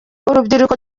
urubyiruko